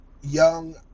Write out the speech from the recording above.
young